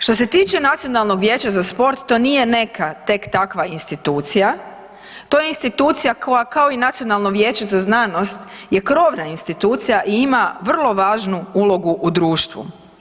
Što se tiče Nacionalnog vijeća za sport to nije neka tek takva institucija, to je institucija koja kao i Nacionalno vijeće znanost je krovna institucija i ima vrlo važnu ulogu u društvu.